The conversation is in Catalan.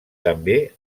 també